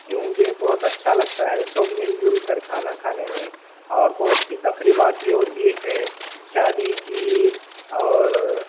کیونکہ بہت اچھا لگتا ہے سب مل جل کر کھانا کھانے میں اور بہت سی تقریبات بھی ہوتی ہے شادی کی اور